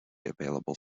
available